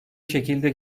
şekilde